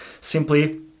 simply